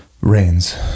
Rains